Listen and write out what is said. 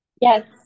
yes